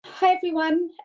hi everyone.